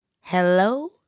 Hello